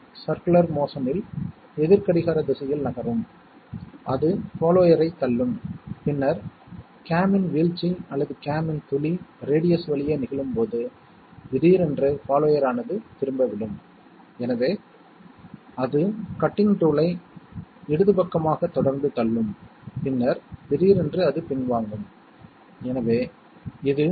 நீங்கள் அவற்றைச் சேர்த்தால் முதலில் 1 1 ஆனது 1 0 ஐக் கொடுக்கும் 0 கீழே வந்து யூனிட் இடத்தைப் பிடிக்கும் மற்றும் அடுத்த நெடுவரிசையில் 1 கேரி ஓவர் உள்ளது எனவே அடுத்த நெடுவரிசையில் நீங்கள் நிறத்தைப் பார்த்தால் நிறம் வேறுபட்டது